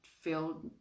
feel